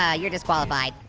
ah you're disqualified.